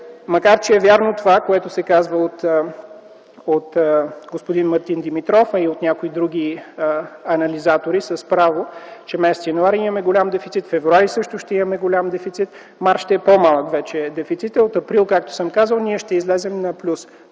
Макар че е вярно това, което се казва от господин Мартин Димитров, а и от някои други анализатори с право, че м. януари имаме голям дефицит. Месец февруари също ще имаме голям дефицит, м. март дефицитът вече ще е по-малък, а от м. април, както съм казал, ние ще излезем на плюс.